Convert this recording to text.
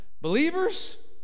believers